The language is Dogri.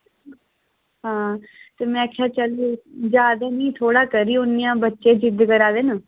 हां त में आखेआ चलो जादा निं थोह्ड़ा करी उड़नीं आ बच्चे जिद्ध करा दे न